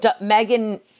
Megan –